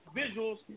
visuals